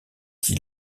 qui